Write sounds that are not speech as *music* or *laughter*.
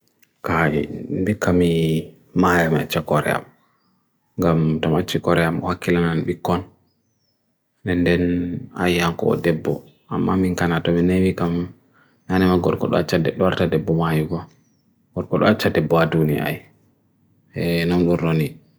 kai, nbik kami maya mecha koryam, gam tomachi koryam, wakila nan bikon, nenden *hesitation* aya anko odebo, am mami nkana to binebikam, nana ma gorkot acha debo ma yuko, gorkot acha debo ado ni aya, e *hesitation* nam goro ni.